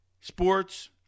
Sports